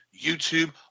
YouTube